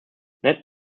net